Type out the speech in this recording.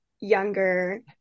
younger